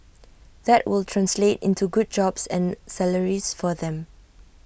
that will translate into good jobs and salaries for them